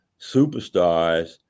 superstars